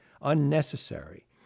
unnecessary